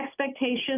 expectations